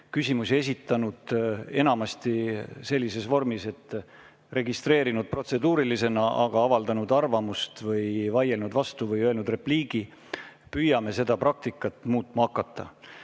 küsimusi esitanud enamasti sellises vormis, et küsimus on registreeritud protseduurilisena, aga tegelikult on avaldatud arvamust või vaieldud vastu või öeldud repliik. Püüame seda praktikat muutma hakata.